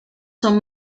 son